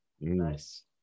Nice